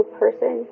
person